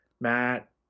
Matt